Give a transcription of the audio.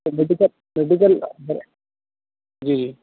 medical جی جی